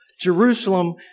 Jerusalem